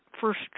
first